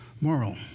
moral